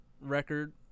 record